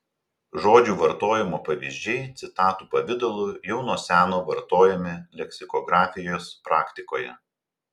žodžių vartojimo pavyzdžiai citatų pavidalu jau nuo seno vartojami leksikografijos praktikoje